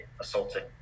assaulted